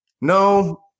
no